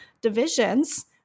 divisions